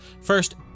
First